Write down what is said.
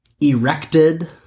erected